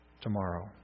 tomorrow